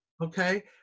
Okay